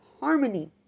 harmony